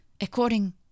According